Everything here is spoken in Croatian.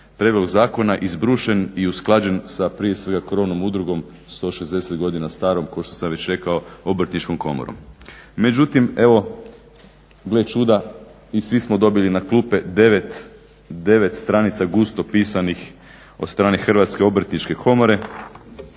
prijedlog zakona izbrušen i usklađen sa prije svega krovnom udrugom 160 godina starom, kao što sam već rekao, Obrtničkom komorom. Međutim evo gle čuda i svi smo dobili na klupe 9 stranica gusto pisanih od strane Hrvatske obrtničke komore,